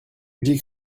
j’ai